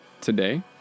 today